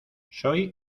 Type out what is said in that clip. soy